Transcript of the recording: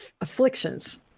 afflictions